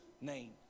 name